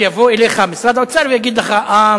יבוא אליך משרד האוצר ויגיד לך: אה,